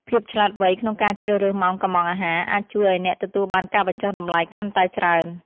ភាពឆ្លាតវៃក្នុងការជ្រើសរើសម៉ោងកុម្ម៉ង់អាហារអាចជួយឱ្យអ្នកទទួលបានការបញ្ចុះតម្លៃកាន់តែច្រើន។